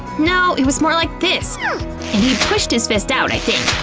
no, it was more like this! and he pushed his fist out, i think,